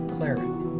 Cleric